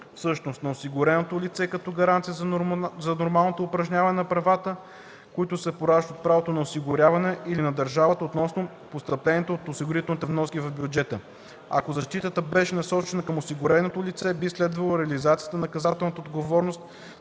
всъщност – на осигуреното лице като гаранция за нормалното упражняване на правата, които се пораждат от правото на осигуряване, или на държавата относно постъпленията от осигурителни вноски в бюджета. Ако защитата беше насочена към осигуреното лице, би следвало реализацията на наказателната отговорност